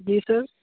جی سر